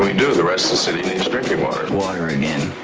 we do the rest of the city needs drinking water. water again.